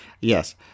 Yes